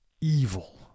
evil